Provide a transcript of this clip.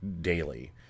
daily